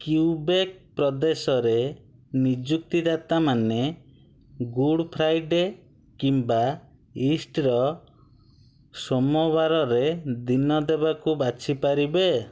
Quebec ପ୍ରଦେଶରେ ନିଯୁକ୍ତି ଦାତାମାନେ ଗୁଡ଼ ଫ୍ରାଇଡ଼େ କିମ୍ବା ଇଷ୍ଟର ସୋମବାରରେ ଦିନ ଦେବାକୁ ବାଛି ପାରିବେ